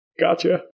Gotcha